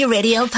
Radio